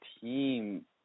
team